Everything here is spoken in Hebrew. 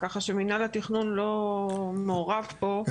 ככה שמינהל התכנון לא מעורב פה.